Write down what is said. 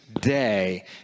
Day